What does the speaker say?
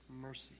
mercy